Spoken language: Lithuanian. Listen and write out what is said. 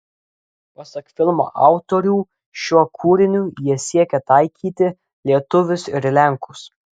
pasak filmo autorių šiuo kūriniu jie siekė taikyti lietuvius ir lenkus